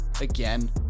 again